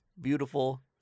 beautiful